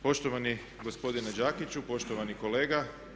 Poštovani gospodine Đakiću, poštovani kolega.